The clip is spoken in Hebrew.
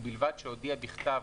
ובלבד שהודיע בכתב